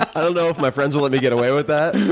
i don't know if my friends would let me get away with that.